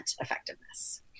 effectiveness